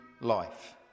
life